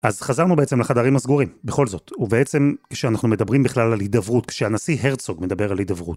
אז חזרנו בעצם לחדרים הסגורים, בכל זאת. ובעצם כשאנחנו מדברים בכלל על הידברות, כשהנשיא הרצוג מדבר על הידברות.